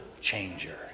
changer